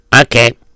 okay